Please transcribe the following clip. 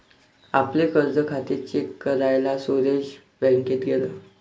आपले कर्ज खाते चेक करायला सुरेश बँकेत गेला